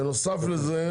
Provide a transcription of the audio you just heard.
בנוסף לזה,